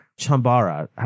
chambara